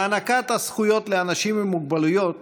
הענקת הזכויות לאנשים עם מוגבלויות